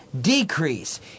decrease